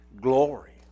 glory